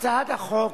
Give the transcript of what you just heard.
הצעת חוק